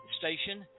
station